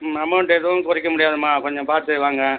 ம் அமௌண்ட் எதுவும் குறைக்க முடியாதும்மா கொஞ்சம் பார்த்து வாங்க